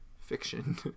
fiction